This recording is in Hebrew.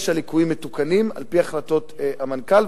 שהליקויים מתוקנים על-פי החלטות המנכ"ל,